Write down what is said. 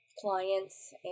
clients